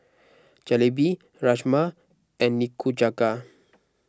Jalebi Rajma and Nikujaga